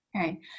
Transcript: Okay